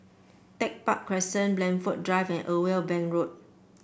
Tech Park Crescent Blandford Drive and Irwell Bank Road